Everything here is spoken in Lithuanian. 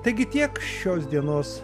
taigi tiek šios dienos